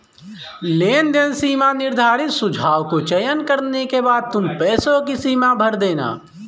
लेनदेन सीमा निर्धारित सुझाव को चयन करने के बाद तुम पैसों की सीमा भर देना